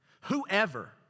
Whoever